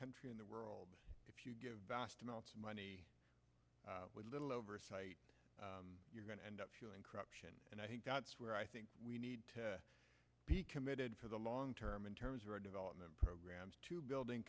country in the world if you give vast amounts of money what little oversight you're going to end up feeling corruption and i think that's where i think we need to be committed for the long term in terms of our development programs to building